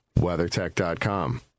WeatherTech.com